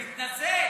מתנצל.